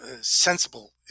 sensible